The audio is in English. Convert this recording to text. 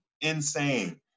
Insane